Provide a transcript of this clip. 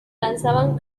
lanzaban